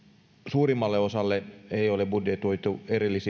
suurimmalle osalle ei ole budjetoitu